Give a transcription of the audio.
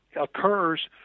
occurs